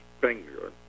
finger